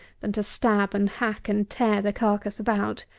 than to stab and hack and tear the carcass about.